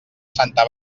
santa